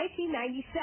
1997